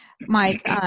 Mike